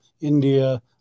India